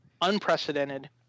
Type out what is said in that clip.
unprecedented